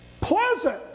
pleasant